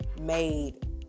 made